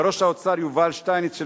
לשר האוצר יובל שטייניץ,